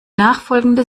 nachfolgende